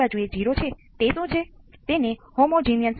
પરંતુ તમે અહીં શું નોંધ્યું છે